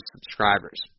subscribers